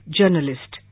journalist